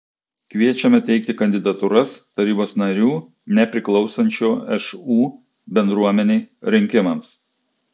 kviečiame teikti kandidatūras tarybos narių nepriklausančių šu bendruomenei rinkimams